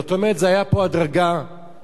זאת אומרת, זה, היתה פה הדרגה מסוימת,